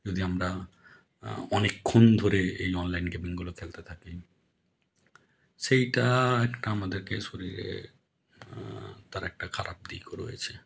যদি আমরা অনেকক্ষণ ধরে এই অনলাইন গেমিংগুলো খেলতে থাকি সেইটা একটা আমাদেরকে শরীরে তার একটা খারাপ দিকও রয়েছে